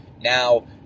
Now